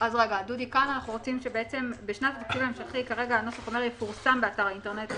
פה אנחנו רוצים שבשנת תקציב ההמשכי הנוסח אומר: יפורסם באתר האינטרנט.